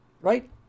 right